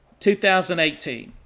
2018